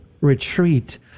Retreat